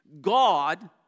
God